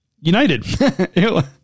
United